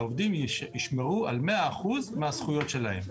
העובדים ישמרו על 100% מהזכויות שלהם.